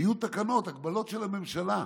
היו תקנות, הגבלות של הממשלה.